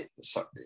sorry